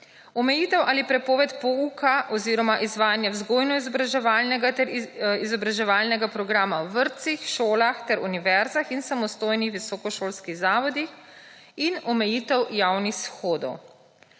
omejitev ali prepoved pouka oziroma izvajanje vzgojno-izobraževalnega programa v vrtcih, šolah ter univerzah in samostojnih visokošolskih zavodih in omejitev javnih shodov.